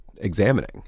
examining